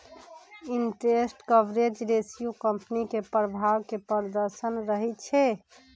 interest coverage ratio company के प्रभाव के प्रदर्शन करइ छै